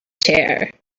chair